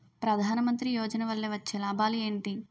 ప్రధాన మంత్రి యోజన వల్ల వచ్చే లాభాలు ఎంటి?